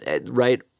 right